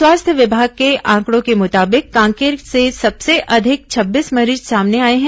स्वास्थ्य विभाग के आंकड़ों के मुताबिक कांकेर से सबसे अधिक छब्बीस मरीज सामने आये हैं